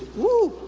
woo!